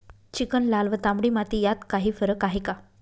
Chicken, लाल व तांबडी माती यात काही फरक आहे का?